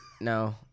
No